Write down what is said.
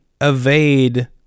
evade